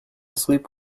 sleep